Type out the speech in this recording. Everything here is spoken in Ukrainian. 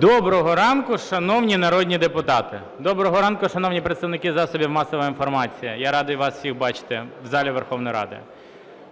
Доброго ранку, шановні народні депутати! Доброго ранку, шановні представники засобів масової інформації! Я радий вас всіх бачити в залі Верховної Ради.